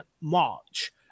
March